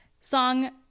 song